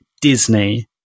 Disney